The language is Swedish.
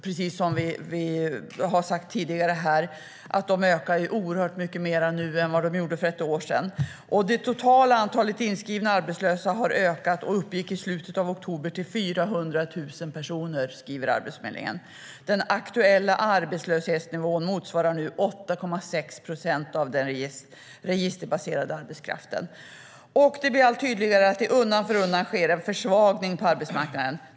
Precis som vi har sagt tidigare här ökar de mycket mer nu än de gjorde för ett år sedan. Det totala antalet inskrivna arbetslösa har ökat och uppgick i slutet av oktober till 400 000 personer enligt Arbetsförmedlingen. Den aktuella arbetslöshetsnivån motsvarar nu 8,6 procent av den registerbaserade arbetskraften. Det blir allt tydligare att det undan för undan sker en försvagning på arbetsmarknaden.